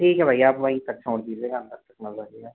ठीक है भैया आप वहीं तक छोड़ दीजिएगा अंदर तक कितना लगेगा